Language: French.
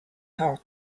hart